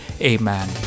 Amen